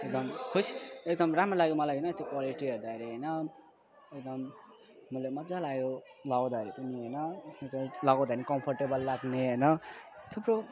एकदम राम्रो लाग्यो मलाई होइन त्यो क्वालिटी हेर्दाखेरि होइन एकदम मलाई मजा लाग्यो लगाउँदाखेरि पनि होइन लगाउँदाखेरि कम्फोर्टेबल लाग्ने होइन थुप्रो